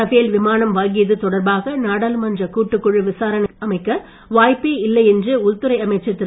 Rafale விமானம் வாங்கியது தொடர்பாக நாடாளுமன்ற கூட்டுக்குழு விசாரணை அமைக்க வாய்ப்பே இல்லை என்று உள்துறை அமைச்சர் திரு